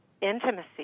intimacy